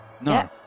No